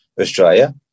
Australia